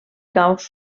caus